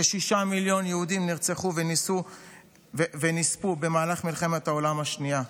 כשישה מיליון יהודים נרצחו ונספו במהלך מלחמת העולם השנייה.